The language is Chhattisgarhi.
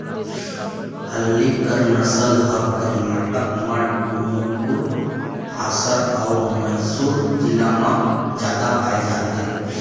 हल्लीकर नसल ह करनाटक म टुमकुर, हासर अउ मइसुर जिला म जादा पाए जाथे